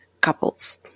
couples